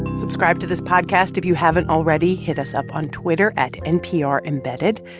subscribe to this podcast if you haven't already. hit us up on twitter, at nprembedded.